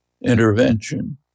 intervention